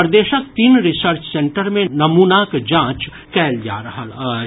प्रदेशक तीन research centre मे नमूनाक जांच कयल जा रहल अछि